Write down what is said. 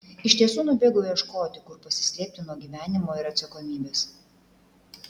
iš tiesų nubėgau ieškoti kur pasislėpti nuo gyvenimo ir atsakomybės